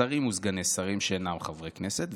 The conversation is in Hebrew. שרים וסגני שרים שאינם חברי כנסת,